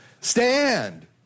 stand